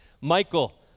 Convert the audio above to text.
Michael